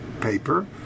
paper